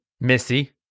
Missy